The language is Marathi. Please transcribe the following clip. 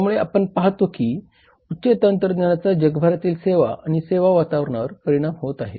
त्यामुळे आपण पाहतो की उच्च तंत्रज्ञानाचा जगभरातील सेवा आणि सेवा वातावरणावर परिणाम होत आहे